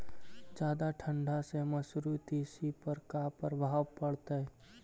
जादा ठंडा से मसुरी, तिसी पर का परभाव पड़तै?